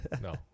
No